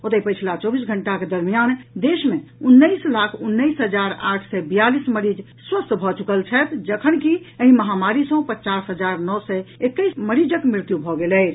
ओतहि पछिला चौबीस घंटाक दरमियान देश मे उन्नैस लाख उन्नैस हजार आठ सय बियालीस मरीज स्वस्थ भऽ चुकल छथि जखन कि एहि महामारी सँ पचास हजार नओ सय एकैस मरीजक मृत्यु भेल अछि